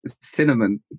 Cinnamon